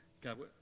God